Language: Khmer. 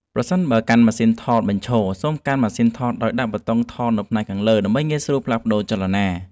ប្រសិនបើកាន់ម៉ាស៊ីនថតបញ្ឈរ សូមកាន់ម៉ាស៊ីនថតដោយដាក់ប៊ូតុងថតនៅផ្នែកខាងលើ ដើម្បីងាយស្រួលផ្លាស់ប្តូរចលនា។